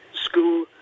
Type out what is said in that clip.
school